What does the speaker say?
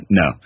no